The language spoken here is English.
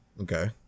Okay